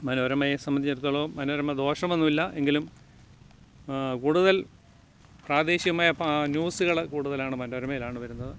മനോരമയെ സംബന്ധിച്ചിടത്തോളം മനോരമ ദോഷമൊന്നുമില്ല എങ്കിലും കൂടുതൽ പ്രാദേശികമായ ന്യൂസുകൾ കൂടുതലാണ് മനോരമയിലാണു വരുന്നത്